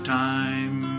time